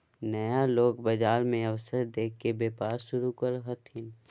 नया लोग बाजार मे अवसर देख के व्यापार शुरू करो हथिन